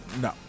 No